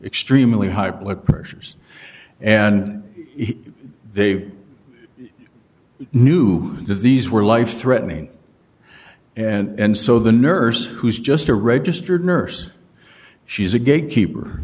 extremely high blood pressures and they knew that these were life threatening and so the nurse who's just a registered nurse she's a gatekeeper